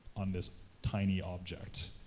on this tiny object,